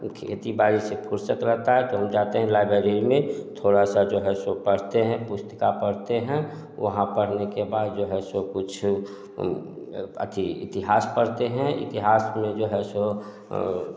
खेती बाड़ी से फुर्सत रहता है तो हम जाते हैं लाइब्रेरी में थोड़ा सा जो है सो पढ़ते हैं पुस्तिका पढ़ते हैं ओ हाँ पढ़ने के बाद जो है सो कुछ अथि इतिहास पढ़ते हैं इतिहास में जो है सो